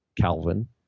Calvin